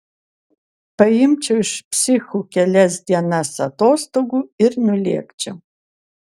paimčiau iš psichų kelias dienas atostogų ir nulėkčiau